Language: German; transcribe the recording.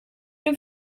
dem